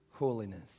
holiness